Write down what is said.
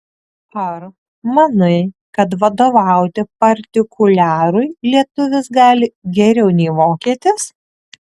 ar manai kad vadovauti partikuliarui lietuvis gali geriau nei vokietis